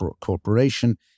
corporation